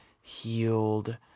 healed